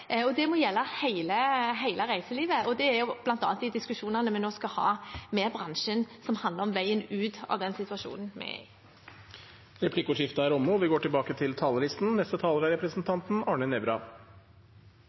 Det må gjelde hele reiselivet. Det er bl.a. de diskusjonene vi nå skal ha med bransjen, som handler om veien ut av den situasjonen vi er i. Replikkordskiftet er omme. De talere som heretter får ordet, har en taletid på inntil 3 minutter. Det er